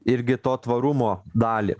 irgi to tvarumo dalį